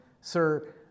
sir